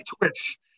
Twitch